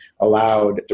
allowed